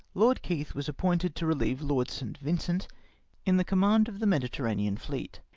lord keith was appomted to relieve lord st. vincent in the com mand of the mediterranean fleet,